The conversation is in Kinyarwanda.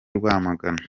rwamagana